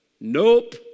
Nope